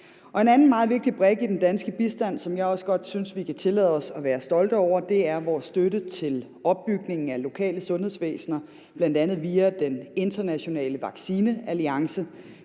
En anden meget vigtig brik i den danske bistand, som jeg også godt synes vi kan tillade os at være stolte over, er vores støtte til opbygningen af lokale sundhedsvæsener, bl.a. via den internationale vaccinealliance,